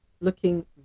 looking